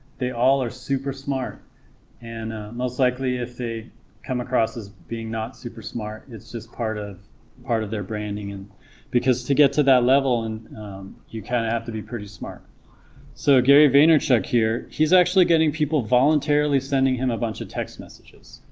they all are super smart and most likely if they come across as being not super smart it's just part of part of their branding and because to get to that level and you kind of have to be pretty smart so gary vaynerchuk here he's actually getting people voluntarily sending him a bunch of text messages.